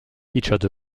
featured